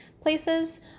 places